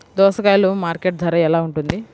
దోసకాయలు మార్కెట్ ధర ఎలా ఉంటుంది?